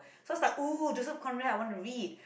so was like [ooh] Joseph-Conrad I want to read